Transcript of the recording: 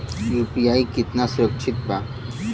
UPI कितना सुरक्षित बा?